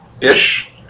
Ish